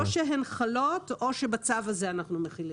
או שהן חלים או שבצו הזה אנחנו מחילים.